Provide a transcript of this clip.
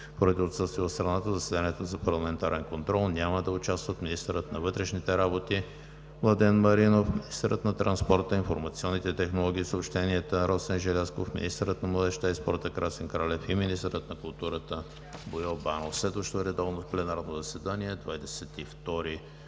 страна в заседанието за парламентарен контрол няма да участват министърът на вътрешните работи Младен Маринов, министърът на транспорта, информационните технологии и съобщенията Росен Желязков, министърът на младежта и спорта Красен Кралев и министърът на културата Боил Банов. Следващо редовно пленарно заседание на